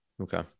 Okay